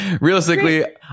realistically